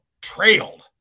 trailed